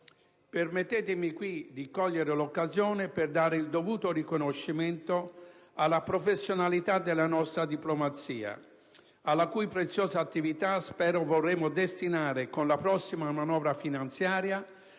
Permettetemi qui di cogliere l'occasione per dare il dovuto riconoscimento alla professionalità della nostra diplomazia, alla cui preziosa attività spero vorremo destinare, con la prossima manovra finanziaria,